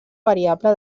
variable